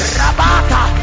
rabata